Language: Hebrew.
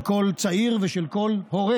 של כל צעיר ושל כל הורה: